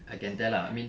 I can tell lah I mean